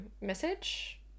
message